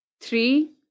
three